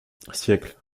siècle